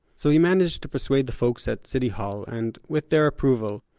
so he managed to persuade the folks at city hall, and with their approval,